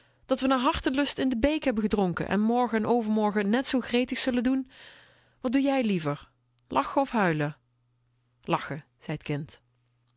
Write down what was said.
dat we naar hartelust uit de beek hebben gedronken en t morgen en overmorgen net zoo gretig zullen doen wat doe jij liever lachen of huilen lachen zei t kind